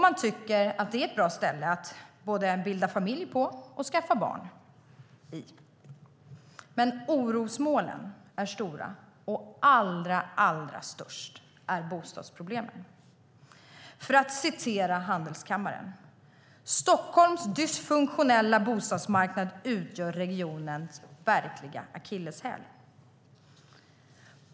Man tycker att det är ett bra ställe att bilda familj och skaffa barn på. Men orosmolnen är stora, och allra störst är bostadsproblemen. För att citera Stockholms Handelskammare: "Stockholms dysfunktionella bostadsmarknad utgör regionens verkliga akilleshäl."